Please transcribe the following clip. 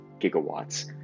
gigawatts